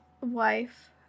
wife